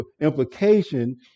implication